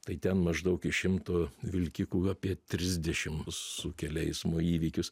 tai ten maždaug iš šimto vilkikų apie trisdešim sukelia eismo įvykius